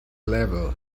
level